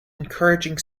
encouraging